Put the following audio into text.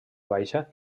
baixa